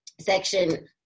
section